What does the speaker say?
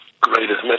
greatest